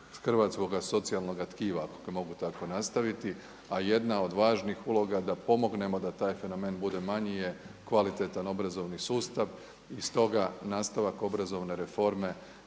hrvatskoga socijalnoga tkiva ako ga mogu tako nazvati, a jedna od važnih uloga da pomognemo da taj fenomen bude manji je kvalitetan obrazovni sustav. I stoga nastavak obrazovne reforme